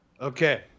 okay